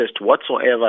whatsoever